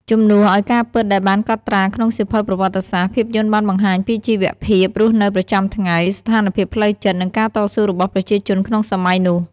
ជំនួសឲ្យការពិតដែលបានកត់ត្រាក្នុងសៀវភៅប្រវត្តិសាស្ត្រ ភាពយន្តបានបង្ហាញពីជីវភាពរស់នៅប្រចាំថ្ងៃ ស្ថានភាពផ្លូវចិត្ត និងការតស៊ូរបស់ប្រជាជនក្នុងសម័យនោះ។